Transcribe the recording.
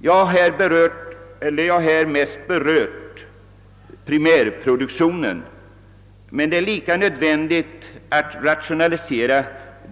Jag har i mitt anförande mest berört primärproduktionen, men det är lika nödvändigt att rationalisera